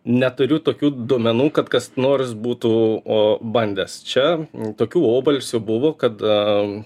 neturiu tokių duomenų kad kas nors būtų o bandęs čia tokiu obalsių buvo kada